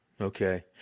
okay